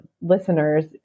listeners